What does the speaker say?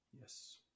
Yes